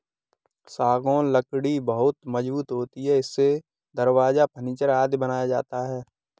सागौन लकड़ी बहुत मजबूत होती है इससे दरवाजा, फर्नीचर आदि बनाया जाता है